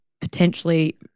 potentially